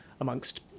amongst